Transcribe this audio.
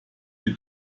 die